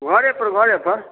घरे पर घरे पर